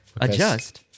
Adjust